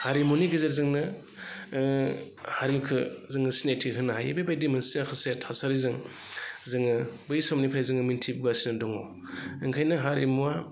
हारिमुनि गेजेरजोंनो हारिखौ जोङो सिनायथि होनो हायो बेबायदि मोनसे माखासे थासारिजों जोङो बै समनिफ्राय जोङो मोन्थिबोगासिनो दङ ओंखायनो हारिमुआ